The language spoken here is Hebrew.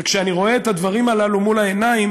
וכשאני רואה את הדברים הללו מול העיניים